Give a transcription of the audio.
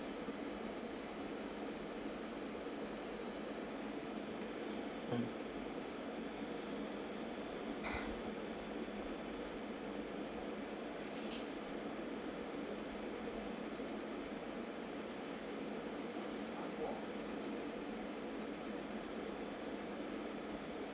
mm